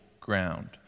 ground